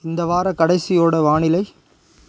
இந்த வாரக் கடைசியோட வானிலை